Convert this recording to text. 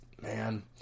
man